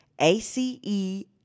ACE